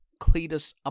Cletus